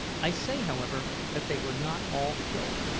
i saw, however, that they were not all killed.